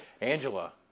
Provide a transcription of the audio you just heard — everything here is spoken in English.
Angela